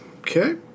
Okay